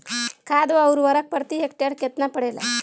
खाध व उर्वरक प्रति हेक्टेयर केतना पड़ेला?